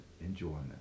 enjoyment